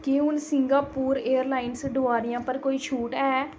क्या हून Singapore airlines डोआरियां पर कोई छूट ऐ